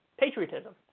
patriotism